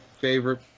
favorite